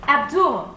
Abdul